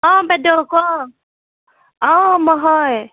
অঁ বাইদেউ কওক অঁ মই হয়